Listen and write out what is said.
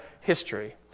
history